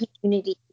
community